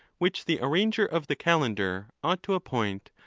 which the arranger of the calendar ought to appoint,